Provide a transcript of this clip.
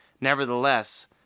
Nevertheless